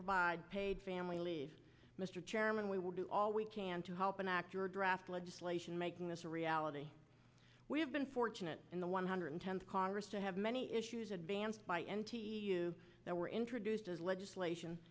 provide paid family leave mr chairman we will do all we can to help an actor draft legislation making this a reality we have been fortunate in the one hundred tenth congress to have many issues advanced by n t e u that were introduced as legislation